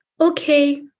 Okay